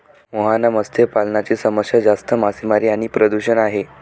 मुहाना मत्स्य पालनाची समस्या जास्त मासेमारी आणि प्रदूषण आहे